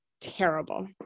terrible